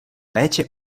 péče